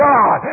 God